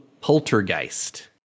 Poltergeist